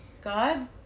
God